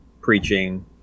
preaching